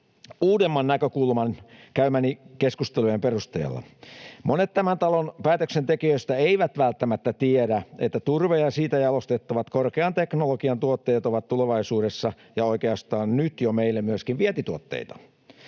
uudemman näkökulman käymieni keskustelujen perusteella. Monet tämän talon päätöksentekijöistä eivät välttämättä tiedä, että turve ja siitä jalostettavat korkean teknologian tuotteet ovat tulevaisuudessa ja oikeastaan nyt jo meille myöskin vientituotteita.